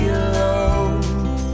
alone